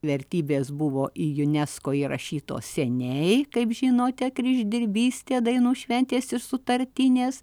vertybės buvo į junesko įrašytos seniai kaip žinote kryždirbystė dainų šventės ir sutartinės